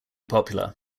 popular